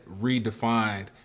redefined